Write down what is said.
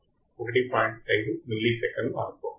5 మిల్లీసెకన్లు అని అనుకోండి